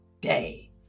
day